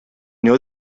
know